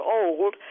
old